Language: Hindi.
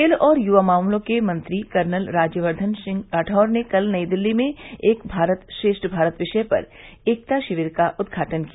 खेल और युवा मामलों के मंत्री कर्नल राज्यवर्धन राठौड़ ने कल नई दिल्ली में एक भारत श्रेष्ठ भारत विषय पर एकता शिविर का उदघाटन किया